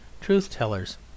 truth-tellers